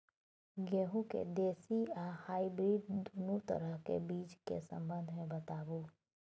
गेहूँ के देसी आ हाइब्रिड दुनू तरह के बीज के संबंध मे बताबू?